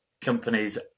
companies